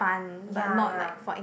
ya ya